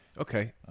Okay